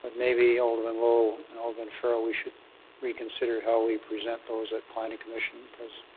but maybe alderman lowe and alderman farrell, we should reconsider how we present those at planning commission, because